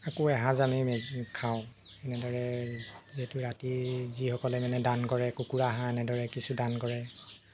আকৌ এসাঁজ আমি খাওঁ এনেদৰে যিহেতু ৰাতি যিসকলে মানে দান কৰে কুকুৰা হাঁহ এনেদৰে কিছু দান কৰে